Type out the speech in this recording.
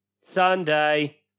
sunday